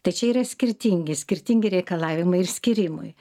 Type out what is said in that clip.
tai čia yra skirtingi skirtingi reikalavimai ir skyrimui